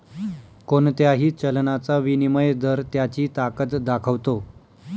कोणत्याही चलनाचा विनिमय दर त्याची ताकद दाखवतो